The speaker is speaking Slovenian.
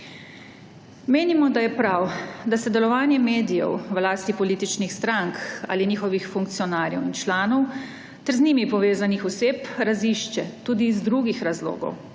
Menimo, da je prav, da se delovanje medijev v lasti političnih strank ali njihovih funkcionarjev in članov ter z njimi povezanih oseb razišče, tudi iz drugih razlogov,